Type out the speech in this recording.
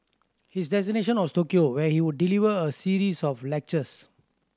his destination was Tokyo where he would deliver a series of lectures